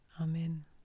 Amen